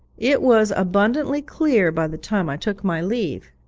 it was abundantly clear by the time i took my leave.